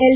L